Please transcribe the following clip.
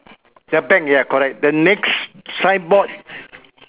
ya bank ya correct the next signboard